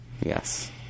Yes